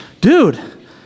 dude